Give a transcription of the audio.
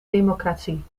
democratie